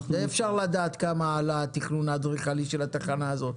די אפשר לדעת כמה עלה התכנון האדריכלי של התחנה הזאת.